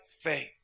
faith